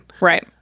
Right